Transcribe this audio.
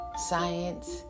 science